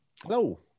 Hello